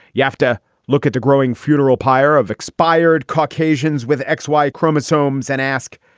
you have to look at the growing funeral pyre of expired caucasians with x y chromosomes and ask,